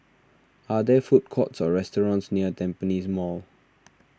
are there food courts or restaurants near Tampines Mall